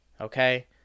Okay